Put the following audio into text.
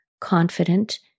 confident